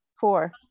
Four